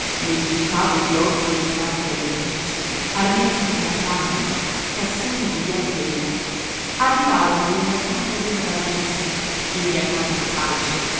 mucchi di fave e di orzo riparati dai graticci arnesi di campagna cassoni di biancheria arrivarono nella camera della baronessa imbiancata a calce